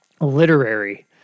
literary